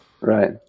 Right